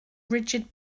rigid